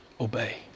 Obey